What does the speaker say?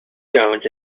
jones